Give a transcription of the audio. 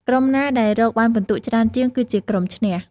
ក្រុមណាដែលរកបានពិន្ទុច្រើនជាង គឺជាក្រុមឈ្នះ ។